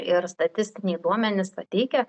ir statistiniai duomenys pateikia